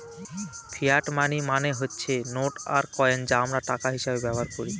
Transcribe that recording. fiat money মানে হচ্ছে note আর কয়েন যা আমরা টাকা হিসেবে বুঝি